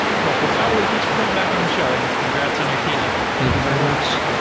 cool. well, saad ali, thanks for coming back on the show and congrats on your keynote. thank you very much.